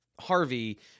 Harvey